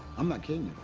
i'm not kidding